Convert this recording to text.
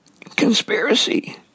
conspiracy